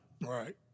Right